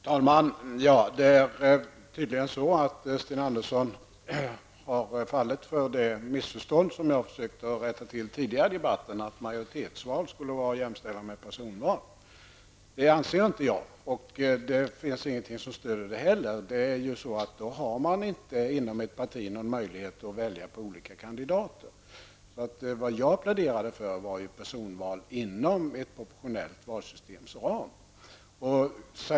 Fru talman! Det är tydligen så, att Sten Andersson i Malmö har gjort sig skyldig till det missförstånd som jag tidigare i debatten har försökt att rätta till, nämligen att majoritetsval skulle vara att jämställa med personval. Jag anser inte att det förhåller sig så. Det finns ingenting som stöder detta. Då skulle man ju i ett parti inte ha någon möjlighet att välja olika kandidater. Jag pläderade ju för ett personval inom ett proportionellt valsystems ram.